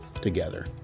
together